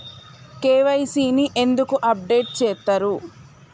KYC ని ఎందుకు update చేత్తరు?